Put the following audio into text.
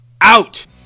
Out